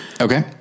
Okay